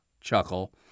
chuckle